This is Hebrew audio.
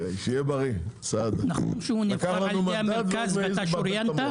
נכון שהוא נבחר על ידי המרכז ואתה שוריינת?